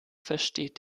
versteht